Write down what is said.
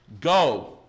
go